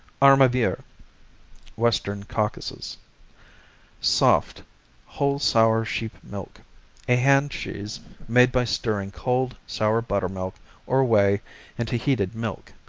armavir western caucasus soft whole sour sheep milk a hand cheese made by stirring cold, sour buttermilk or whey into heated milk,